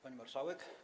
Pani Marszałek!